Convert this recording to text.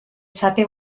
zati